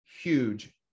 huge